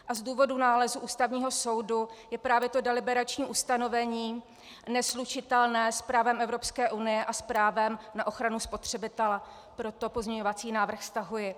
Z důvodu nálezu Ústavního soudu je právě deliberační ustanovení neslučitelné s právem Evropské unie a s právem na ochranu spotřebitele, proto pozměňovací návrh stahuji.